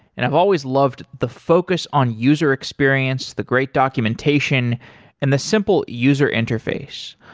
and i've always loved the focus on user experience, the great documentation and the simple user interface.